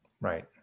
Right